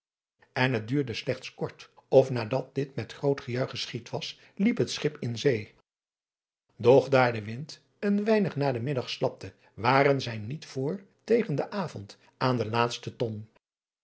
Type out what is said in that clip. en het duurde slechts kort of nadat dit met groot gejuich geschied was liep het schip in zee doch daar de wind een weinig na den middag slapte waren zij niet voor tegen den avond aan de laatste ton